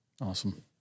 Awesome